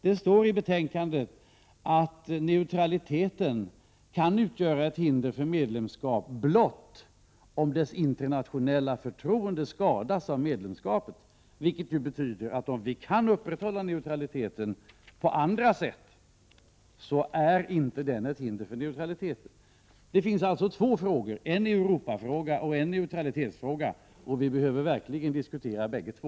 Det står i betänkandet att neutraliteten kan utgöra ett hinder för medlemskap blott om dess internationella förtroende skadas av medlemskapet, vilket ju betyder att om vi kan upprätthålla neutraliteten på andra sätt, är inte den ett hinder för medlemskap. Det finns alltså två frågor. En Europafråga och en neutralitetsfråga. Vi behöver verkligen diskutera bägge två.